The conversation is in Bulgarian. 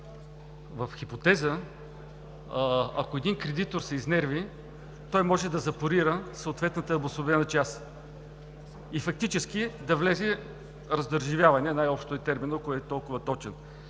В хипотеза, ако един кредитор се изнерви, той може да запорира съответната обособена част и фактически да влезе – раздържавяване, най-общо е терминът, ако е толкова точен.